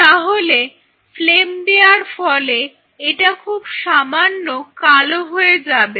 তাহলে ফ্লেম দেওয়ার ফলে এটা খুব সামান্য কালো হয়ে যাবে